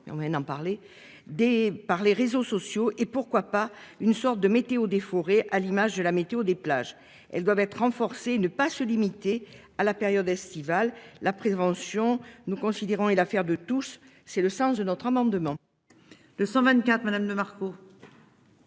en moyenne en parler des par les réseaux sociaux et pourquoi pas une sorte de météo des forêts à l'image de la météo des plages. Elles doivent être renforcées, ne pas se limiter à la période estivale, la prévention, nous considérons et l'affaire de tous. C'est le sens de notre amendement.